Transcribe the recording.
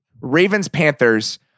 Ravens-Panthers